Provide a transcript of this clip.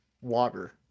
Water